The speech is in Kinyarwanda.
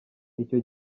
icyo